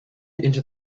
into